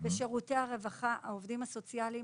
העובדים הסוציאליים